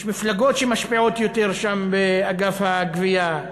יש מפלגות שמשפיעות יותר שם באגף הגבייה,